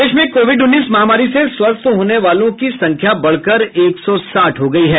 प्रदेश में कोविड उन्नीस महामारी से स्वस्थ होने वालों की संख्या बढ़कर एक सौ साठ हो गयी है